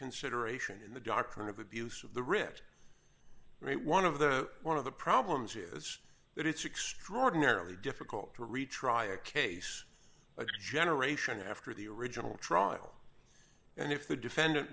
consideration in the doctrine of abuse of the rich right one of the one of the problems is that it's extraordinarily difficult to retry a case a generation after the original trial and if the defendant